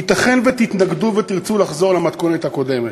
ייתכן שתתנגדו ותרצו לחזור למתכונת הקודמת,